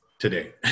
Today